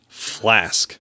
flask